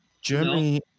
Germany